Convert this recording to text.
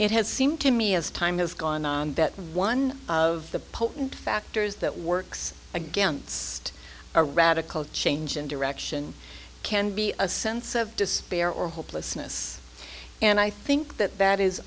it has seemed to me as time has gone one of the potent factors that works against a radical change in direction can be a sense of despair or hopelessness and i think that that is